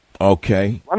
okay